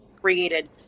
created